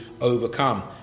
overcome